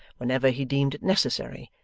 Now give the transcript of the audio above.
whenever he deemed it necessary,